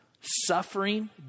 Suffering